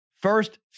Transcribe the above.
First